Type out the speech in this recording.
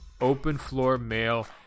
Openfloormail